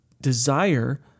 desire